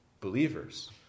Believers